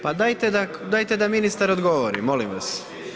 Pa dajte da ministar odgovori, molim vas.